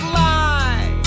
lie